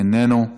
איננו,